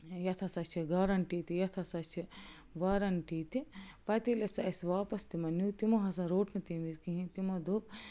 یِتھ ہَسا چھِ گارنٹی تہِ یَتھ ہَسا چھِ وارنٹی تہِ پتہٕ ییٚلہِ أسی سُہ اَسہِ واپس تِمن نیٚو تِمو ہَسا روٚٹ نہٕ تمہِ وِزِ کِہیٖنۍ تِمو دوٚپ